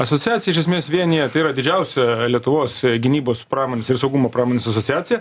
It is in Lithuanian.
asociacija iš esmės vienija tai yra didžiausia lietuvos gynybos pramonės ir saugumo pramonės asociacija